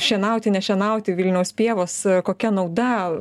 šienauti nešienauti vilniaus pievos kokia nauda